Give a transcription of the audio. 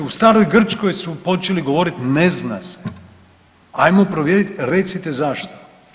U staroj Grčkoj su počeli govoriti ne zna se, ajmo provjerit recite zašto.